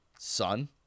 Son